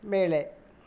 மேலே